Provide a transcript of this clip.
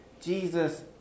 Jesus